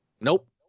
Nope